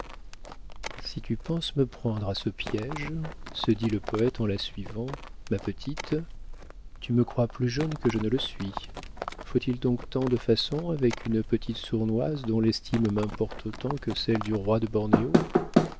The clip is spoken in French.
si tu penses me prendre à ce piége se dit le poëte en la suivant ma petite tu me crois plus jeune que je ne le suis faut-il donc tant de façons avec une petite sournoise dont l'estime m'importe autant que celle du roi de